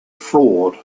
fraud